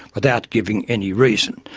without giving any reason.